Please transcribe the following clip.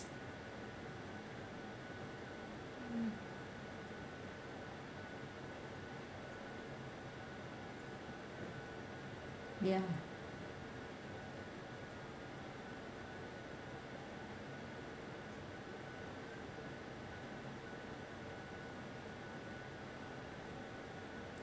ya